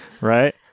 Right